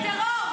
אתה תומך טרור.